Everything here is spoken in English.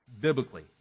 biblically